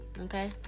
okay